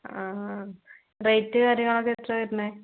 ആ റേറ്റ് കാര്യങ്ങളൊക്കെ എത്ര വരുന്നത്